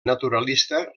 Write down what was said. naturalista